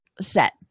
set